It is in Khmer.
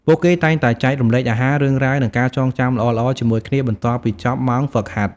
ពួកគេតែងតែចែករំលែកអាហារ រឿងរ៉ាវ និងការចងចាំល្អៗជាមួយគ្នា បន្ទាប់ពីចប់ម៉ោងហ្វឹកហាត់។